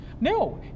No